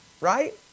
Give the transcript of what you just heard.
right